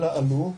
אלא עלו.